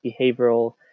behavioral